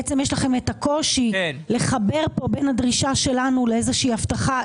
בעצם יש לכם את הקושי לחבר פה בין הדרישה שלנו לאיזושהי הבטחה,